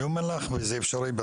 זה אפשרי.